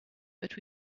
but